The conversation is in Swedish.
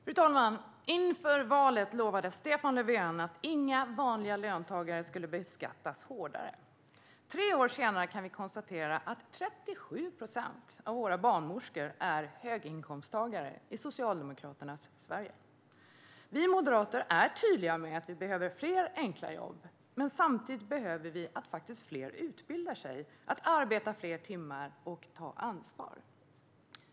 Fru talman! Inför valet lovade Stefan Löfven att inga vanliga löntagare skulle beskattas hårdare. Tre år senare kan vi konstatera att 37 procent av våra barnmorskor är höginkomsttagare i Socialdemokraternas Sverige. Vi moderater är tydliga med att vi behöver fler enkla jobb. Men samtidigt behöver vi fler som utbildar sig, arbetar fler timmar och tar ansvar.